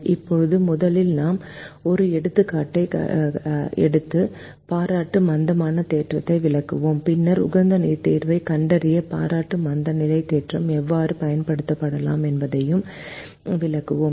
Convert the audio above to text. இப்போது முதலில் நாம் ஒரு எடுத்துக்காட்டை எடுத்து பாராட்டு மந்தமான தேற்றத்தை விளக்குவோம் பின்னர் உகந்த தீர்வைக் கண்டறிய பாராட்டு மந்தநிலை தேற்றம் எவ்வாறு பயன்படுத்தப்படலாம் என்பதையும் விளக்குவோம்